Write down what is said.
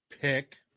pick